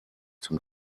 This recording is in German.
zum